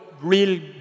real